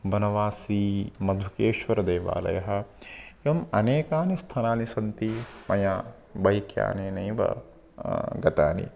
वनवासी मधुकेश्वरदेवालयः एवम् अनेकानि स्थानानि सन्ति मया बैक् यानेनैव गतानि